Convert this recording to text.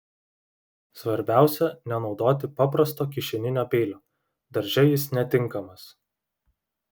svarbiausia nenaudoti paprasto kišeninio peilio darže jis netinkamas